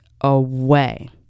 away